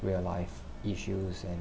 real life issues and